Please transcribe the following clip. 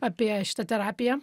apie šitą terapiją